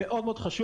זה מאוד מאוד חשוב.